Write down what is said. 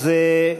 גם